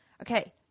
Okay